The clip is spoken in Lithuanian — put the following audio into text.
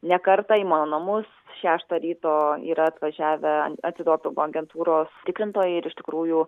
ne kartą į mano namus šeštą ryto yra atvažiavę antidopingo agentūros tikrintojai ir iš tikrųjų